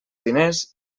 diners